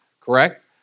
correct